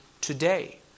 today